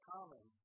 Common